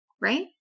Right